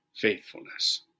faithfulness